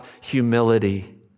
humility